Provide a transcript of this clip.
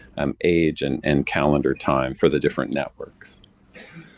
um age, and and calendar time for the different networks.